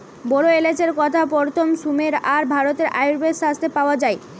বড় এলাচের কথা প্রথম সুমের আর ভারতের আয়ুর্বেদ শাস্ত্রে পাওয়া যায়